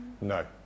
No